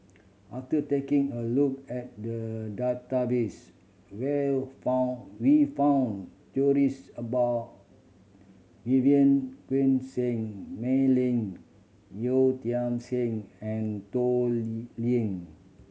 after taking a look at the database will found we found about Vivien Seah Mei Lin Yeo Tiam Siew and Toh Liying